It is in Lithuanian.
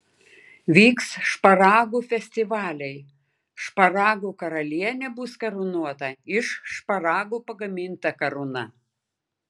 vyks šparagų festivaliai šparagų karalienė bus karūnuota iš šparagų pagaminta karūna